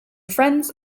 friends